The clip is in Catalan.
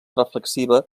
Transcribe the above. reflexiva